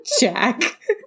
Jack